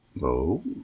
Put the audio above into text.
No